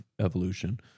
evolution